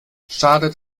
schadet